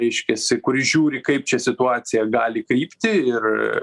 reiškiasi kuris žiūri kaip čia situacija gali krypti ir